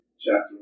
chapter